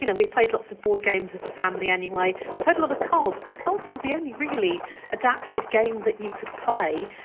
you know we've played lots of board games as a family anyway, quite a lot of cards because cards were the only really adapted game that you could play.